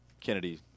Kennedy